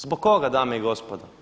Zbog koga dame i gospodo?